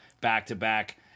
back-to-back